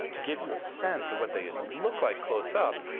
to give you a sense of what they look like close up,